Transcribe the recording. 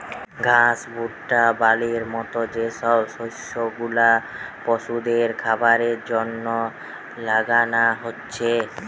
ঘাস, ভুট্টা, বার্লির মত যে সব শস্য গুলা পশুদের খাবারের জন্যে লাগানা হচ্ছে